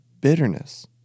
bitterness